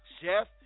Chef